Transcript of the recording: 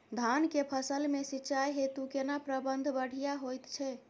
धान के फसल में सिंचाई हेतु केना प्रबंध बढ़िया होयत छै?